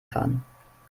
fahren